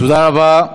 תודה רבה.